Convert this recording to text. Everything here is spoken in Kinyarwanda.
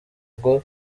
ngo